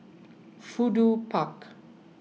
Fudu Park